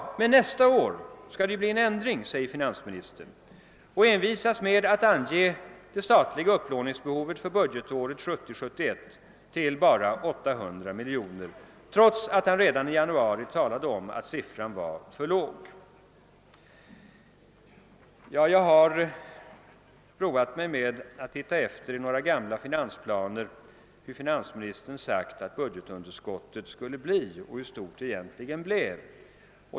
Men nästa budgetår skall det bli en ändring, säger finansministern, och envisas med att ange det statliga upplåningsbehovet för budgetåret 1970/71 till bara drygt 800 miljoner, trots att han redan i januari talade om att siffran var för låg. Jag har roat mig med att titta efter i några gamla finansplaner hur stort finansministern sagt att budgetunderskottet skulle bli och hur stort det egentligen blev.